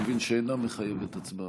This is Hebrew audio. אני מבין שהיא אינה מחייבת הצבעה.